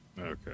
Okay